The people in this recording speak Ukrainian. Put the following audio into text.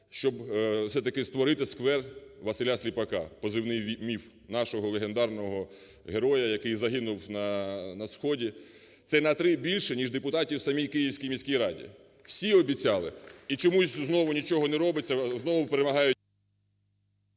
щоб все-таки створити сквер Василя Сліпака (позивний Міф), нашого легендарного героя, який загинув на сході. Це на 3 більше, ніж депутатів в самій Київській міській раді. Всі обіцяли. І чомусь знову нічого не робиться, знову перемагають…